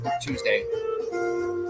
Tuesday